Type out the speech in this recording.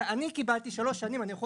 אני קיבלתי שלוש שנים אני יכול